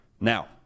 Now